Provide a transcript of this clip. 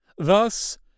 Thus